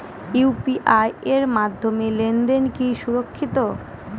UPI এর মাধ্যমে লেনদেন কি সুরক্ষিত?